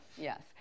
Yes